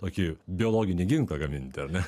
tokį biologinį ginklą gaminti ar ne